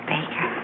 Baker